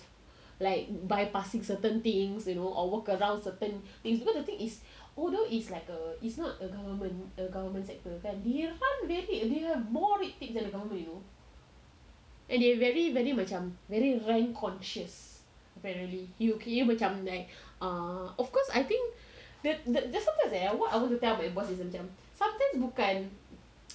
like bypassing certain things you know or work around certain things because the thing is although it's like a it's not a government a government sector kan dia ada we have more red ticks than the government you know and they very very macam very very rank conscious apparently you you macam like err of course I think sometimes what I want to tell my boss is that macam sometimes bukan